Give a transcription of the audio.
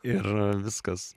ir viskas